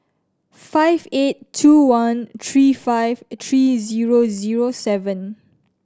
five eight two one three five three zero zero seven